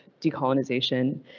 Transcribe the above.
decolonization